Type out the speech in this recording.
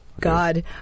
god